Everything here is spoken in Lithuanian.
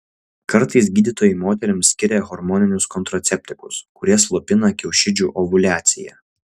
kartais gydytojai moterims skiria hormoninius kontraceptikus kurie slopina kiaušidžių ovuliaciją